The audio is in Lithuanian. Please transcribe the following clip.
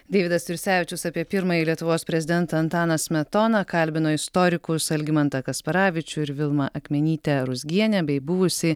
deividas jursevičius apie pirmąjį lietuvos prezidentą antaną smetoną kalbino istorikus algimantą kasparavičių ir vilmą akmenytę ruzgienę bei buvusį